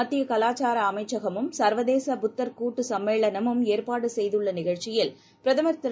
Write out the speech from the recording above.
மத்தியகலாச்சாரஅமைச்சகமும் சர்வதேச புத்தர் கூட்டுசும்மேளனமும் ஏற்பாடுசெய்துள்ளநிகழ்ச்சியில் பிரதமர் திரு